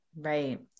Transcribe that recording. Right